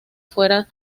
fuera